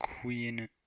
queen